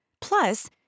Plus